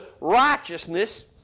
righteousness